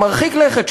מרחיק לכת,